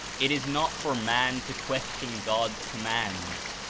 it is not for man to question god's commands.